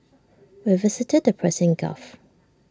we visited the Persian gulf